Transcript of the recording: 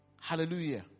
Hallelujah